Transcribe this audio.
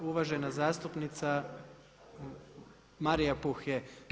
Uvažena zastupnica Marija Puh.